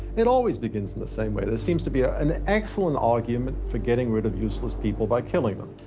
it always begins in the same way. there seems to be ah an excellent argument for getting rid of useless people by killing them.